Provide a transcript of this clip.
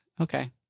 okay